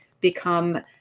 become